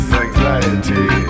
anxiety